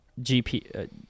GP –